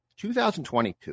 2022